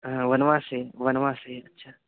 हा वनवासे वनवासे अच्छा